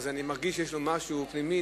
אני מרגיש שיש לו משהו פנימי.